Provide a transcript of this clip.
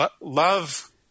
Love